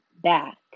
back